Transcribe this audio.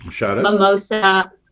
mimosa